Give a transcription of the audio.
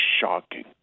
shocking